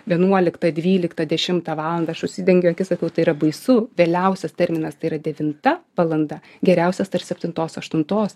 vienuoliktą dvyliktą dešimtą valandą aš užsidengiu akis sakau tai yra baisu vėliausias terminas tai yra devinta valanda geriausias tarp septintos aštuntos